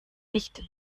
nicht